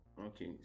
Okay